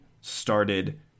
started –